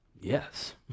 Yes